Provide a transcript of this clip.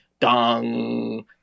dong